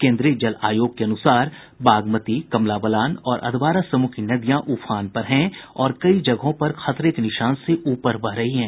केन्द्रीय जल आयोग के अनुसार बागमती कमलाबालान और अधवारा समूह की नदियां उफान पर हैं और कई जगहों पर खतरे के निशान से ऊपर बह रही हैं